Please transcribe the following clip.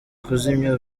kuzimya